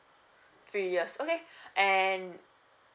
three years okay and